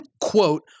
quote